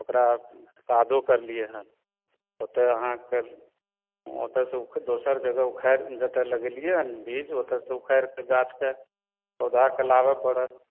ओकरा कादो करलियै हन ओतय अहाँके ओतयसॅं दोसर जगह उखारि जतय लगेलियै हन बीज ओतयसॅं उखारिके गाछके पौधाके लाबय परत